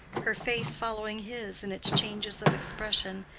her face following his in its changes of expression,